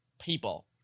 people